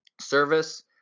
Service